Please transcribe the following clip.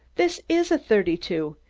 this is a thirty two.